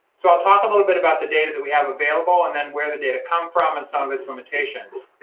so i'll talk a little bit about the data that we have available, and then where the data comes from, and some of its limitations.